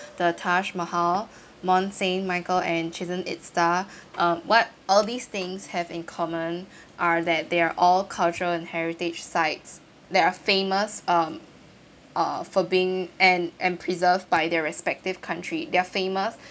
the taj mahal mont saint michel and chichen itza um what all these things have in common are that they are all cultural and heritage sites that are famous uh for being and and preserved by their respective country they are famous